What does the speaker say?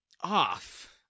off